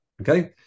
Okay